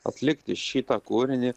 atlikti šitą kūrinį